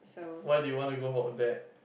why did you want to go for Odac